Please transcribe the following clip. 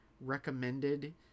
recommended